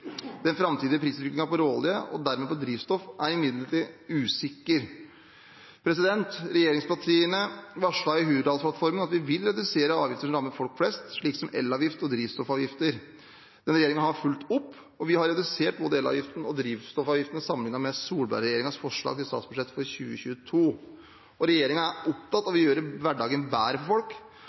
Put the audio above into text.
Den framtidige prisutviklingen på råolje, og dermed på drivstoff, er imidlertid usikker. Regjeringspartiene varslet i Hurdalsplattformen at vi vil redusere avgifter som rammer folk flest, slik som elavgift og drivstoffavgifter. Denne regjeringen har fulgt opp. Vi har redusert både elavgiften og drivstoffavgiftene sammenliknet med Solberg-regjeringens forslag til statsbudsjett for 2022. Regjeringen er opptatt av å gjøre hverdagen bedre for folk.